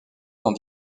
dans